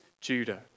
Judah